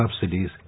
subsidies